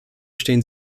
stehen